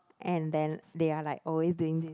and then they are like always doing this